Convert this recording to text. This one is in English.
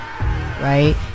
right